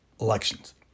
elections